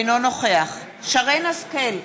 אינו נוכח שרן השכל,